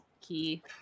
key